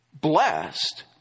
Blessed